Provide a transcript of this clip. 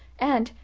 and,